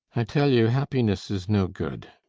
i tell you happiness is no good.